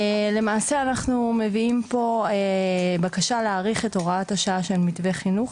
למעשה אנחנו מביאים פה בקשה להאריך את הוראת השעה של מתווה חינוך.